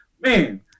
man